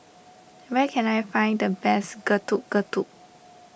where can I find the best Getuk Getuk